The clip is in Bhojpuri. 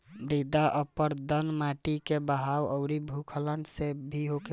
मृदा अपरदन माटी के बहाव अउरी भूखलन से भी होखेला